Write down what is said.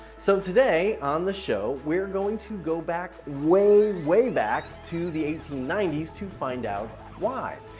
so today on the show, we're going to go back, way, way back to the eighteen ninety s, to find out why.